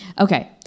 Okay